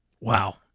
Wow